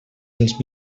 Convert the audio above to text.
els